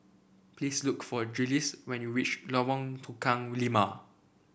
please look for Jiles when you reach Lorong Tukang Lima